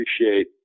appreciate